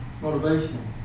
motivation